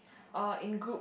err in groups